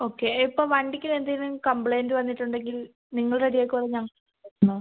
okay ഇപ്പം വണ്ടിക്ക് എന്തേലും കംപ്ലയിൻറ്റ് വന്നിട്ട് ഉണ്ടെങ്കിൽ നിങ്ങൾ റെഡി ആക്കോ അതോ ഞങ്ങളോ